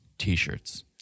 t-shirts